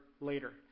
later